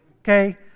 okay